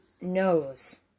knows